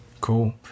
Cool